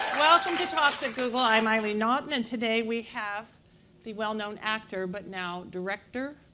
welcome to talks at google. i'm eileen naughton. and today, we have the well-known actor but, now, director,